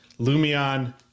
Lumion